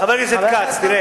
חבר הכנסת כץ, תראה.